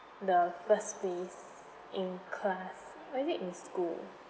the first place in class or is it in school